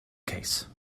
case